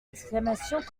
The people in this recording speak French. exclamations